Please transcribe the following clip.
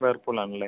Whirlpool ആണല്ലെ